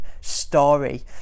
story